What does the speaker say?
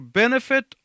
benefit